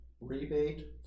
rebate